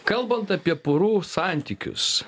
kalbant apie porų santykius